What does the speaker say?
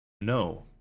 No